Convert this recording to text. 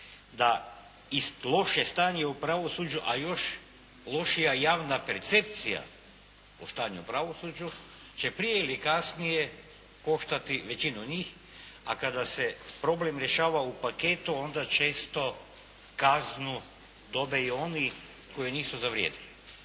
da i loše stanje u pravosuđu, a još lošija javna percepcija o stanju u pravosuđu će prije ili kasnije koštati većinu njih. A kada se problem rješava u paketu onda često kaznu dobe i oni koji nisu zavrijedili,